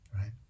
right